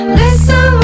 listen